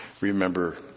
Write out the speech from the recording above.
remember